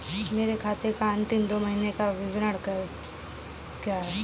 मेरे खाते का अंतिम दो महीने का विवरण क्या है?